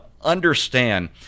understand